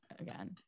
again